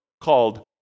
called